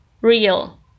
real